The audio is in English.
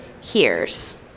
hears